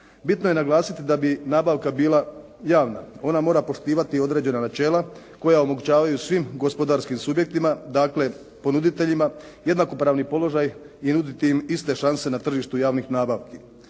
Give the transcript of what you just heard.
Bitno je naglasiti da bi nabavka bila javna. Ona mora poštivati određena načela koja omogućavaju svim gospodarskim subjektima, dakle ponuditeljima jednakopravni položaj i nuditi im iste šanse na tržištu javnih nabavki.